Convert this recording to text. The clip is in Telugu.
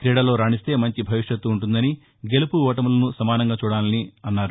క్రీడల్లో రాణిస్తే మంచి భవిష్యత్తు ఉంటుందని గెలుపు ఓటములను సమానంగా చూడాలని అన్నారు